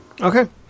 Okay